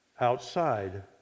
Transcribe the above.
outside